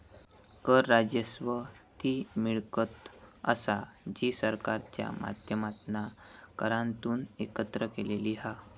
कर राजस्व ती मिळकत असा जी सरकारच्या माध्यमातना करांतून एकत्र केलेली हा